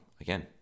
Again